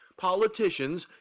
politicians